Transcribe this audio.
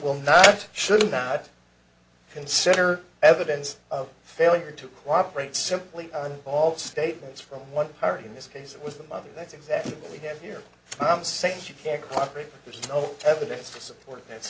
will not should not consider evidence of failure to cooperate simply on all statements from one party in this case it was the mother that's exactly what we have here i'm saying you can't cooperate there's no evidence to support this